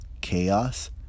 chaos